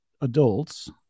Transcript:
adults